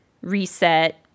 reset